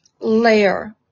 layer